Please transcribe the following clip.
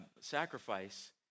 sacrifice